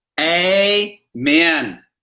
Amen